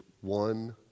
one